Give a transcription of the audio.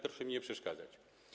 Proszę mi nie przeszkadzać.